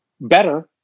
better